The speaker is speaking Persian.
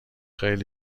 خیلی